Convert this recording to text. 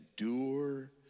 endure